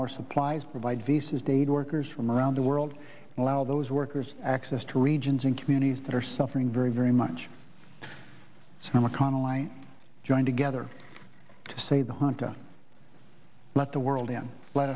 more supplies provide visas dade workers from around the world allow those workers access to regions and communities that are suffering very very much so mcconnell i join together to say the hunter let the world in let